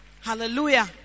Hallelujah